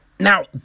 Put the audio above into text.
Now